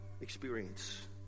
experience